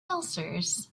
ulcers